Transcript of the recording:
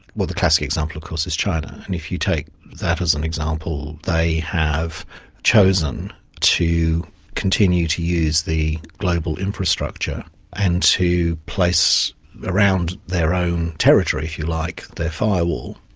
well, the classic example of course is china, and if you take that as an example, they have chosen to continue to use the global infrastructure and to place around their own territory, if you like, their firewall.